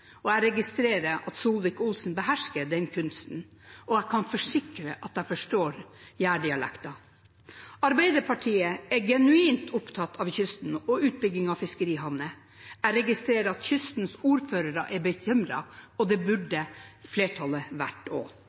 har. Jeg registrerer at Solvik-Olsen behersker den kunsten, og jeg kan forsikre om at jeg forstår jærdialekten. Arbeiderpartiet er genuint opptatt av kysten og utbygging av fiskerihavner. Jeg registrerer at kystens ordførere er bekymret, og det burde også flertallet